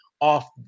off